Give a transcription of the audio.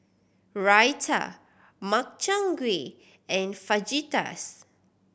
Raita Makchang Gui and Fajitas